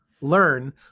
Learn